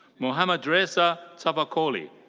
mohammadreza tavakoli.